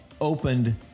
opened